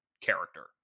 character